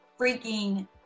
freaking